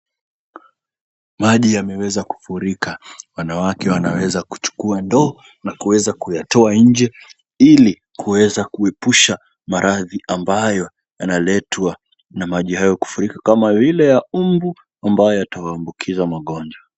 Maji yameweza kufurika, wanawake wanaweza kuchukua ndoo na kuweza kuyatoa nje ili kuweza kuepusha maradhi ambayo yanaletwa na maji hayo kufurika kama vile ya mbu ambayo atawaambukiza magonjwa.